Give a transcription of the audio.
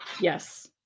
Yes